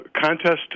contest